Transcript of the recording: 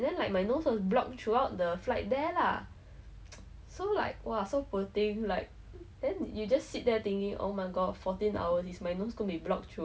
like so we took the plane at midnight the plane left at midnight and we reached um you went to paris for the stop over before changing for a flight to ireland